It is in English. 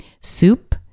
soup